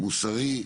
מוסרי,